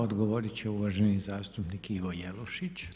Odgovorit će uvaženi zastupnik Ivo Jelušić.